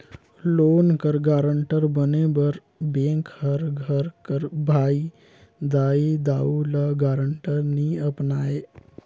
loan कर guarantor बने बर बेंक हर घर कर भाई, दाई, दाऊ, ल गारंटर नी अपनाए